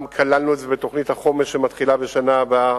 גם כללנו את זה בתוכנית החומש שמתחילה בשנה הבאה.